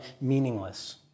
meaningless